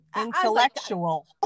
intellectual